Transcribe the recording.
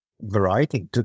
variety